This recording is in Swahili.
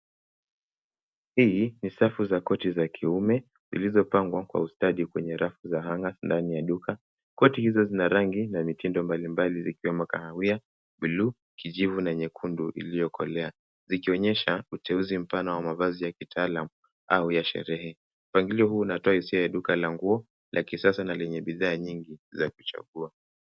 Hii ni safu za koti za kiume zilizopangwa kwa ustadi kwenye rafu za hangers ndani ya duka. Koti hizo zina rangi na mitindo mbalimbali zikiwemo kahawia, bluu, kijivu na nyekundu iliyokolea zikionyesha uteuzi mpana wa mavazi ya kitaalamu au ya starehe. Mpangilio huu unatoa hisia ya duka la nguo la kisasa na lenye bidhaa nyingi za kuchagua.